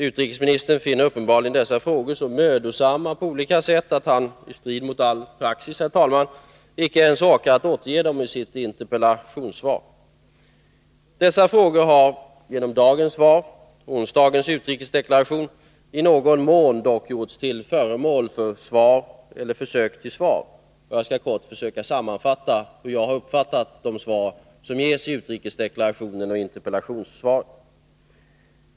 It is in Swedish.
” Utrikesministern finner uppenbarligen dessa frågor så mödosamma på olika sätt att han — i strid mot all praxis, herr talman — icke ens orkar återge dem i sitt interpellationssvar. Dessa frågor har — genom dagens svar och onsdagens utrikesdeklaration — dock i någon mån gjorts till föremål för svar eller försök till svar. Jag skall kort försöka sammanfatta hur jag uppfattat de svar som ges i utrikesdeklarationen och i interpellationssvaret.